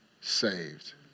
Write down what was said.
saved